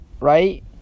right